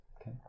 Okay